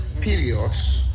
periods